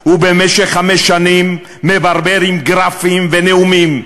ובמשך חמש שנים מברבר עם גרפים ונאומים.